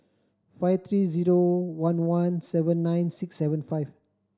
five three zero one one seven nine six seven five